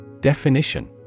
Definition